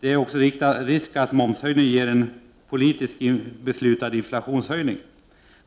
Det finns också en risk att momshöjningen ger en politiskt beslutad inflationshöjning.